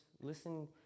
Listen